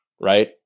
right